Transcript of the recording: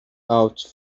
out